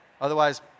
Otherwise